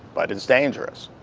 but it's dangerous.